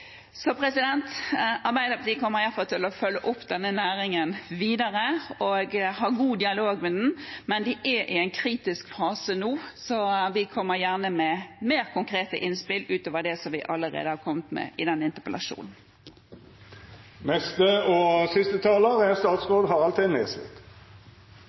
Arbeiderpartiet kommer iallfall til å følge opp denne næringen videre og har god dialog med den, men de er i en kritisk fase nå, så vi kommer gjerne med mer konkrete innspill utover det som vi allerede har kommet med i denne interpellasjonen.